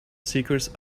seekers